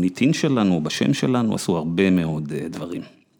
‫במוניטין שלנו ובשם שלנו ‫עשו הרבה מאוד דברים.